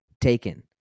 taken